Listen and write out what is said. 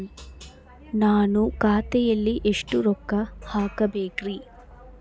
ನಾನು ಖಾತೆಯಲ್ಲಿ ಎಷ್ಟು ರೊಕ್ಕ ಹಾಕಬೇಕ್ರಿ?